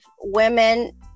women